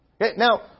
Now